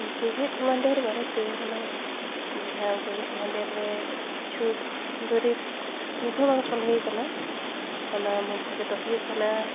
ᱡᱮᱜᱮᱫ ᱢᱟᱰᱮᱨ ᱵᱟᱨᱮᱛᱮ ᱢᱟᱱᱮ ᱡᱟᱦᱟᱸ ᱡᱮᱜᱮᱫ ᱢᱟᱰᱮᱨ ᱨᱮ ᱠᱤᱪᱷᱩ ᱫᱩᱨᱤᱵ ᱱᱤᱛ ᱦᱚᱸ ᱵᱟᱝ ᱥᱚᱞᱦᱮ ᱠᱟᱱᱟ ᱚᱱᱟ ᱢᱚᱫᱽᱫᱷᱮ ᱨᱮᱫᱚ ᱦᱩᱭᱩᱜ ᱠᱟᱱᱟ